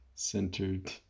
centered